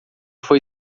foi